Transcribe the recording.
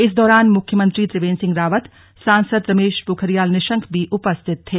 इस दौरान मुख्यमंत्री त्रिवेन्द्र सिंह रावत सांसद रमेश पोखरियाल निशंक भी उपस्थित थे